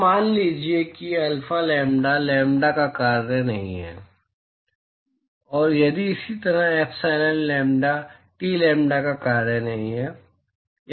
तो मान लीजिए कि अल्फा लैम्ब्डा लैम्ब्डा का कार्य नहीं है और इसी तरह यदि एप्सिलॉन लैम्ब्डा टी लैम्ब्डा का कार्य नहीं है